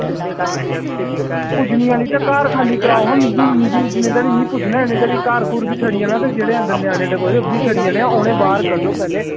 पुज्जने आह्ली ऐ ते घर खाल्ली कराओ आं जिन्ने तोड़ी में पुज्जना घर बी सड़ी जाने ते जेह्ड़े अंदर ञ्यानें न ओह् सड़ी जाने उनें ई बाहर कड्ढो पैह्लें